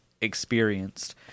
experienced